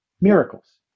miracles